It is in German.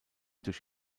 durch